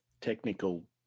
technical